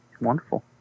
wonderful